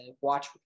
watch